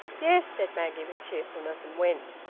yes, said maggie, with cheerfulness, and went.